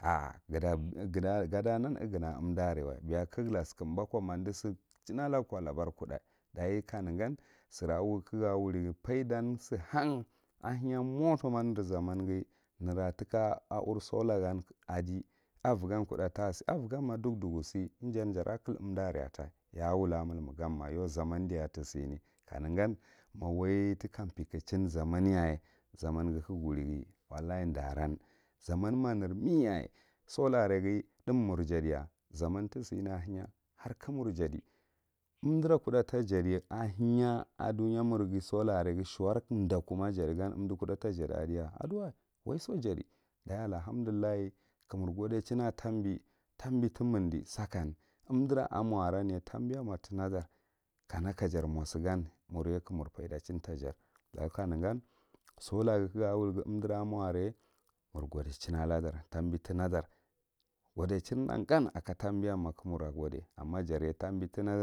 ar gaɗa non ughana a unva are wa beya ka ngha la sikum bako ma umha klching alagu ko nabar kudda ɗachi ka negan sira ka ga wuri ghi faiɗan sihan aheya mota ma ne zamanghi nera tika a u sola gan aɗi a vagan kuɗɗa tha tasi, a vagan ma ɗukɗuka siy igan jara klumiɗa arer atai ya a wula a malme ganma yyau zanɗiya tisane kanegan waiti kapekuching zaman yaye zamangeh kagha wuri wallahi ɗahiran zaman ma nermiyaye sola arghi thgu mhr jaɗiya zaman tisane ahiya har ka mur jaɗi umdira kuɗɗa ta jaɗiyaye ahiya a ɗueya, sola arghi shuwar thgɗak ma gaɗi gan umɗi nkuɗɗa ta jaɗi a ɗiya a ɗiwa waiso jaɗi ɗaji allahamɗullahi ka mur godiehing a ka tabi, tabi timirchti sakan umvira a mo areye tabiyanma tinaɗar kana ka jar mo sigan murye ka mur faidachin tajar ɗaye ka negan sola ar ghi umɗira a mo areye mur gadichin aladar tabi te nadu godichin nag an aka tabi yan am jaye tabiyan.